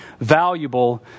valuable